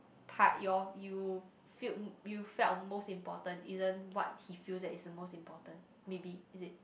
part your you feel you felt most important isn't what he feel that is the most important maybe is it